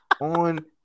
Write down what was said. on